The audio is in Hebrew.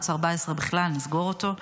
בכלל נסגור אותו.